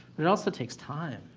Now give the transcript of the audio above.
it also takes time.